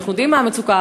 אנחנו יודעים מה המצוקה.